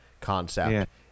concept